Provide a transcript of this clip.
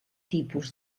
tipus